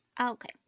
Okay